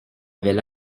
avaient